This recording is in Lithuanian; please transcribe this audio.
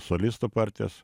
solisto partijas